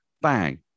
bang